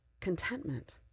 contentment